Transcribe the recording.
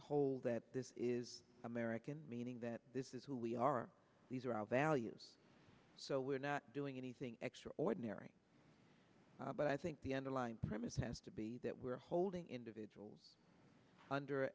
hold that this is american meaning that this is who we are these are our values so we're not doing anything extraordinary but i think the underlying premise has to be that we are holding individual under